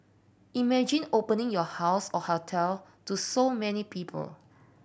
imagine opening your house or hotel to so many people